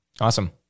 Awesome